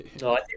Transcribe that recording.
No